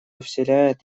вселяет